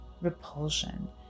repulsion